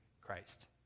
Christ